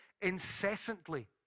incessantly